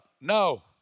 No